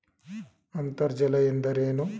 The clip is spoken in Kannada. ಅಂತರ್ಜಲ ಎಂದರೇನು?